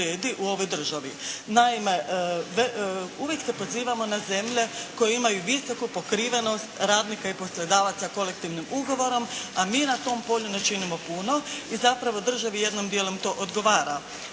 uvijek se pozivamo na zemlje koje imaju visoku pokrivenost radnika i poslodavaca kolektivnim ugovorom, a mi na tom polju ne činimo puno i zapravo državi jednim dijelom to odgovara.